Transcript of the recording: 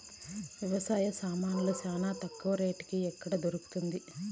వ్యవసాయ సామాన్లు చానా తక్కువ రేటుకి ఎక్కడ దొరుకుతుంది?